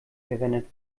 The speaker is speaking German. verwendet